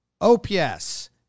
OPS